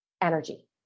energy